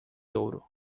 ouro